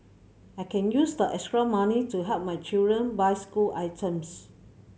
I can use the extra money to help my children buy school items